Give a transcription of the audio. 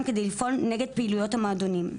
כדי לפעול נגד פעילויות המועדונים.